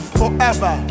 forever